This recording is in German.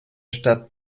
stadt